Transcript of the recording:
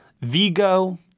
Vigo